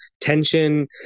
tension